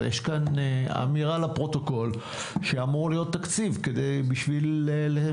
יש פה אמירה לפרוטוקול שאמור להיות תקציב כדי להקים.